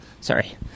sorry